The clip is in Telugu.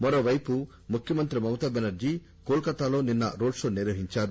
మరోవైపు ముఖ్యమంత్రి మమతా బెనర్టీ కోల్ కత్తాలో నిన్న రోడ్ షో నిర్వహించారు